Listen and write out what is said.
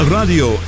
Radio